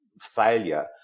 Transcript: failure